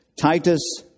Titus